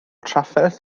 trafferth